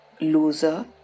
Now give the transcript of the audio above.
loser